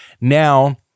Now